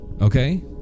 Okay